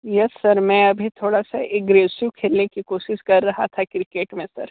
yes sir मैं अभी थोड़ा सा एग्रेसिव खेलने की कोशिश कर रहा था क्रिकेट में सर